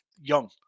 young